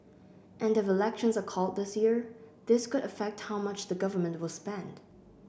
and if elections are called this year this could affect how much the Government will spend